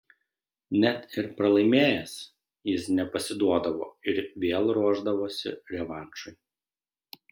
net ir pralaimėjęs jis nepasiduodavo ir vėl ruošdavosi revanšui